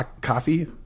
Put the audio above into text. coffee